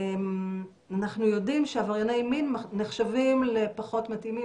אנחנו יודעים שעברייני מין נחשבים לפחות מתאימים